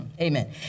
Amen